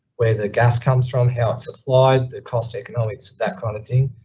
where the gas comes from, how it's supplied, the cost economics, that kind of thing.